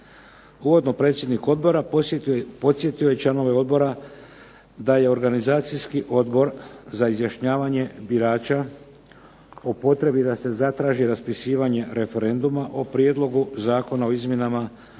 Uvodno predsjednik odbora podsjetio je članove odbora da je Organizacijski odbor za izjašnjavanje birača o potrebi da se zatraži raspisivanje referenduma o Prijedlogu zakona o izmjenama Zakona